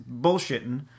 bullshitting